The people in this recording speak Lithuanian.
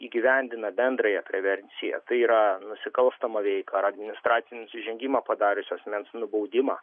įgyvendina bendrąją prevenciją tai yra nusikalstamą veiką ar administracinį nusižengimą padariusio asmens nubaudimą